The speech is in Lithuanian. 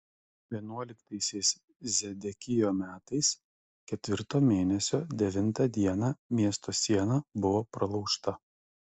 vienuoliktaisiais zedekijo metais ketvirto mėnesio devintą dieną miesto siena buvo pralaužta